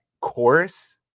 chorus